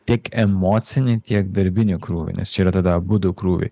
tiek emocinį tiek darbinį krūvį nes čia yra tada abudu krūviai